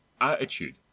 attitude